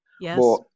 Yes